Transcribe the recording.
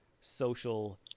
social